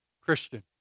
Christian